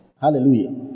Hallelujah